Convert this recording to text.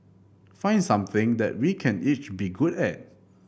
find something that we can each be good at